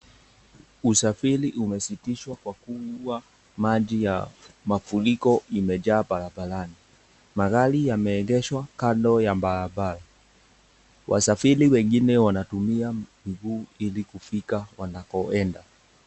Usafiri umesitishwa kwa kuwa maji ya mafuriko imejaa paraparani, magari yameegeshwa kando ya barabra ,wasafiri wengine wanatumia miguu ilikufika wanako enda.